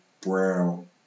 brown